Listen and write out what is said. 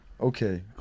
Okay